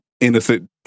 innocent